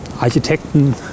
Architekten